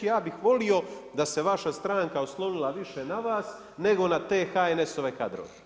Ja bih volio da se vaša stranka oslonila više na vas, nego na te HNS-ove kadrove.